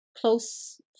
close